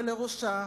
ולראשה,